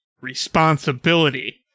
Responsibility